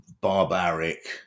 barbaric